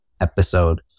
episode